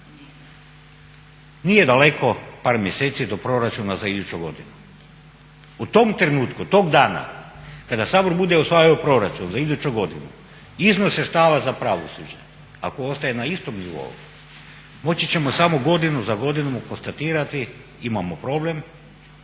Nije daleko, par mjeseci, do proračuna za iduću godinu. U tom trenutku, tog dana kada Sabor bude usvajao proračun za iduću godinu iznos sredstava za pravosuđe ako ostaje na istom nivou moći ćemo samo godinu za godinom konstatirati imamo problem